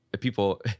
people